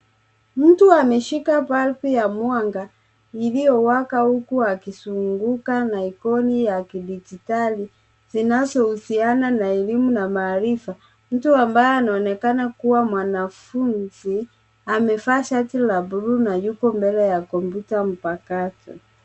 Mtu ameshika balbu ya mwanga iliyowaka huku akizunguka na ikoni kidijitali zinazohusiana na elimu na maarifa. Mtu ambaye anaonekana kuwa mwanafunzi, amevaa shati la buluu na yuko mbele ya kompyuta mpakato.